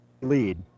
lead